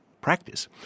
practice